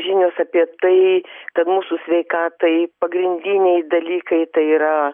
žinios apie tai kad mūsų sveikatai pagrindiniai dalykai tai yra